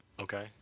Okay